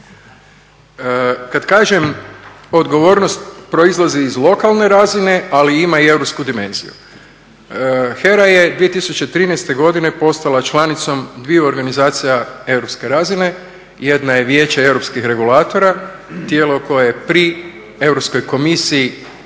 Kada kažem odgovornost proizlazi iz lokalne razine, ali ima i europsku dimenziju. HERA je 2013.godine postala članicom dviju organizacija europske razine, jedna je Vijeće europskih regulatora, tijelo koje pri Europskoj komisiji